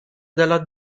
dalla